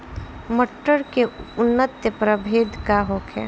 मटर के उन्नत प्रभेद का होखे?